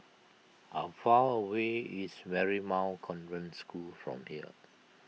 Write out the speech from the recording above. how far away is Marymount Convent School from here